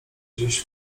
gdzieś